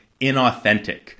inauthentic